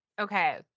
okay